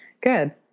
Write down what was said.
Good